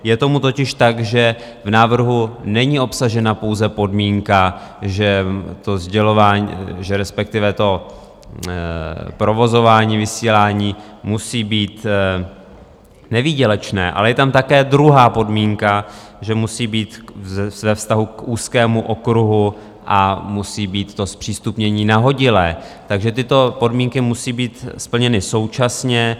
Je tomu totiž tak, že v návrhu není obsažena pouze podmínka, že to sdělování, že respektive to provozování vysílání musí být nevýdělečné, ale je tam také druhá podmínka, že musí být ve vztahu k úzkému okruhu a musí být to zpřístupnění nahodilé, takže tyto podmínky musí být splněny současně.